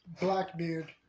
Blackbeard